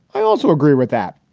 i also agree with that.